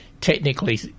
technically